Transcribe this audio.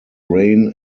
rain